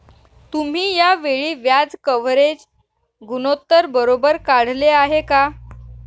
तुम्ही या वेळी व्याज कव्हरेज गुणोत्तर बरोबर काढले आहे का?